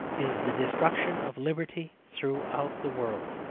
is the destruction of liberty throughout the world.